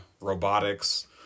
robotics